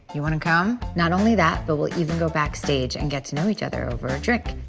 you wanna come? not only that, but we'll even go backstage and get to know each other over a drink.